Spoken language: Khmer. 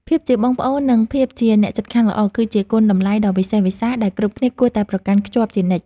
ភាពជាបងប្អូននិងភាពជាអ្នកជិតខាងល្អ គឺជាគុណតម្លៃដ៏វិសេសវិសាលដែលគ្រប់គ្នាគួរតែប្រកាន់ខ្ជាប់ជានិច្ច។